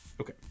Okay